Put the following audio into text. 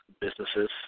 businesses